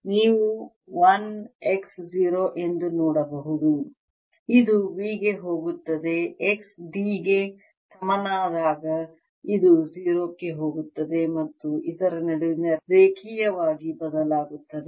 ನೀವು 1 x 0 ಎಂದು ನೋಡಬಹುದು ಇದು V ಗೆ ಹೋಗುತ್ತದೆ x d ಗೆ ಸಮನಾದಾಗ ಇದು 0 ಗೆ ಹೋಗುತ್ತದೆ ಮತ್ತು ಅದರ ನಡುವೆ ರೇಖೀಯವಾಗಿ ಬದಲಾಗುತ್ತದೆ